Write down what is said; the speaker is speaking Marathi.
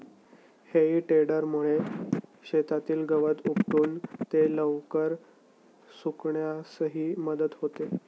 हेई टेडरमुळे शेतातील गवत उपटून ते लवकर सुकण्यासही मदत होते